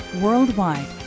Worldwide